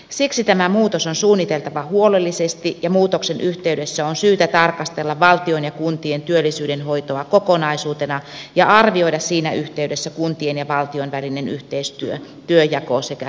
siksi tämä muutos on suunniteltava huolellisesti ja muutoksen yhteydessä on syytä tarkastella valtion ja kuntien työllisyydenhoitoa kokonaisuutena ja arvioida siinä yhteydessä kuntien ja valtion välinen yhteistyö työnjako sekä rahoitusvastuut